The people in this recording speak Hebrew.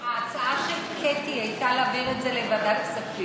ההצעה של קטי הייתה להעביר את זה לוועדת כספים.